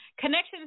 Connections